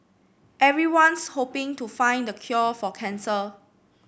everyone's hoping to find the cure for cancer